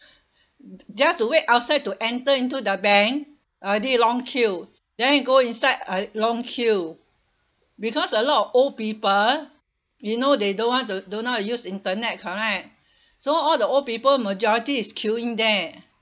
just to wait outside to enter into the bank already long queue then you go inside a long queue because a lot of old people you know they don't want don't don't know how to use internet correct so all the old people majority is queuing there